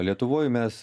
lietuvoj mes